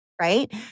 right